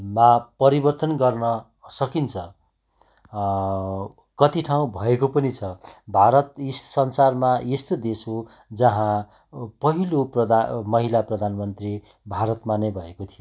मा परिवर्तन गर्न सकिन्छ कति ठाउँ भएको पनि छ भारत यस संसारमा यस्तो देश हो जहाँ पहिलो प्रदा महिला प्रधानमन्त्री भारतमा नै भएको थियो